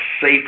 safe